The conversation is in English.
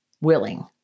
willing